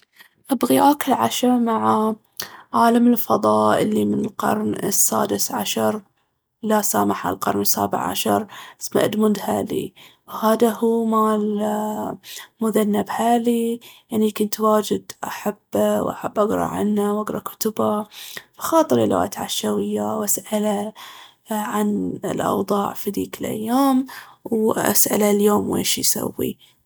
أبغي آكل عشا مع عالم الفضاء اللي من القرن السادس عشر، لا مسامحة، القرن السابع عشر، اسمه إدموند هالي. هاذا مال ال- مذنب هالي. أني كنت واجد احبه واحب اقرا عنه واحب كتبه، وخاطري لو اتعشى وياه وأسأله عن الأوضاع في ذيك الأيام، وأسأله اليوم ويش يسوي.